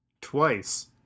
Twice